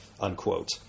unquote